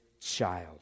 child